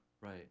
Right